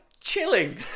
chilling